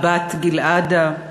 הבת גלעדה,